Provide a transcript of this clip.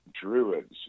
Druids